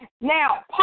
Now